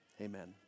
amen